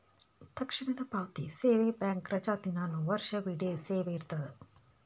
ತಕ್ಷಣದ ಪಾವತಿ ಸೇವೆ ಬ್ಯಾಂಕ್ ರಜಾದಿನಾನು ವರ್ಷವಿಡೇ ಸೇವೆ ಇರ್ತದ